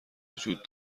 وجود